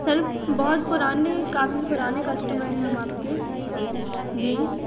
sir बहुत पुराने काफी पुराने कस्टमर हैं हम आपके जी